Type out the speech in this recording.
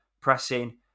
pressing